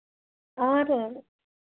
और